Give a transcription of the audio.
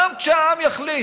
גם כשהעם יחליט,